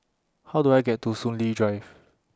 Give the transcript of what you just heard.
How Do I get to Soon Lee Drive